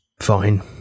fine